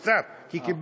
הוספתי, כי קיבלתם.